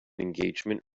engagement